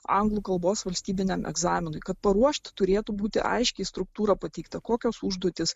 anglų kalbos valstybiniam egzaminui kad paruošt turėtų būti aiškiai struktūra pateikta kokios užduotys